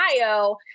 Ohio